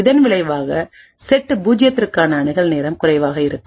இதன் விளைவாக செட் 0 க்கான அணுகல் நேரம் குறைவாக இருக்கும்